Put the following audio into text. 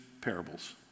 parables